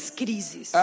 crises